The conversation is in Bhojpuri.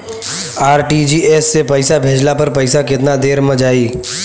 आर.टी.जी.एस से पईसा भेजला पर पईसा केतना देर म जाई?